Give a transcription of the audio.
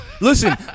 Listen